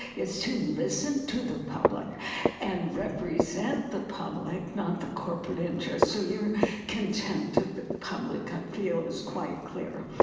is to listen to the public and represent the public, not the corporate interests. so your contempt of the public, i feel, is quite clear.